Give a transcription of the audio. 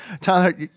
Tyler